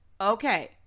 Okay